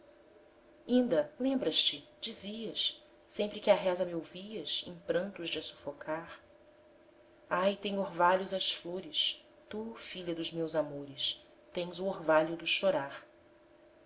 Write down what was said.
inda lembras-te dizias sempre que a reza me ouvias em prantos de a sufocar ai têm orvalhos as flores tu filha dos meus amores tens o orvalho do chorar